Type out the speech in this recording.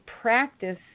practice